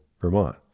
Vermont